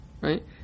right